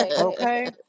Okay